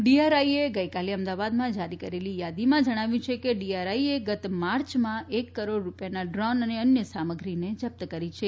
ડીઆરઆઈએ ગઈકાલે અમદાવાદમાં જારી કરેલી યાદીમાં જણાવ્યું છે કે ડીઆરઆઈએ ગત માર્ચમાં એક કરોડ રૂપિયાના ડ્રોન અને અન્ય સામગ્રીને જપ્ત કરી હતી